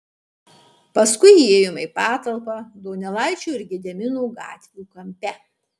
paskui įėjome į patalpą donelaičio ir gedimino gatvių kampe